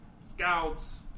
scouts